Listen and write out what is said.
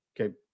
okay